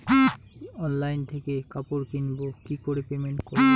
Online থেকে কাপড় কিনবো কি করে পেমেন্ট করবো?